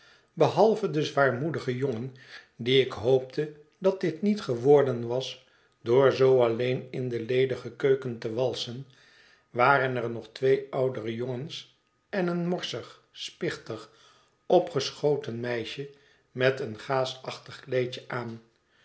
behalve de zwaarmoedige jongen die ik hoopte dat dit niet geworden was door zoo alleen in de ledige keuken te walsen waren er nog twee oudere jongens en een morsig spichtig opgeschoten meisje met een gaasachtig kleedje aan